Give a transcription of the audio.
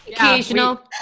Occasional